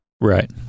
right